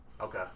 Okay